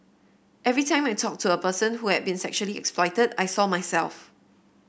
every time I talked to a person who had been sexually exploited I saw myself